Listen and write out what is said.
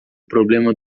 problema